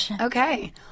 Okay